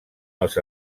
als